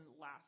last